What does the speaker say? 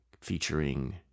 featuring